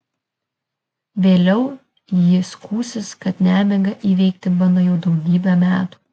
vėliau ji skųsis kad nemigą įveikti bando jau daugybę metų